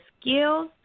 skills